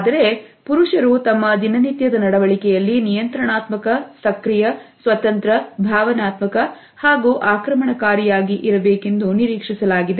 ಆದರೆ ಪುರುಷರು ತಮ್ಮ ದಿನನಿತ್ಯದ ನಡವಳಿಕೆಯಲ್ಲಿ ನಿಯಂತ್ರಣಾತ್ಮಕ ಸಕ್ರಿಯ ಸ್ವತಂತ್ರ ಭಾವನಾತ್ಮಕ ಹಾಗೂ ಆಕ್ರಮಣಕಾರಿಯಾಗಿ ಇರಬೇಕೆಂದು ನಿರೀಕ್ಷಿಸಲಾಗಿದೆ